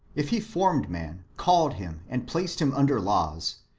if he formed man, called him and placed him under laws,